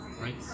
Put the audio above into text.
right